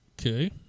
Okay